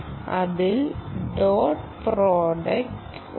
അതിൽ dot product ഉണ്ട്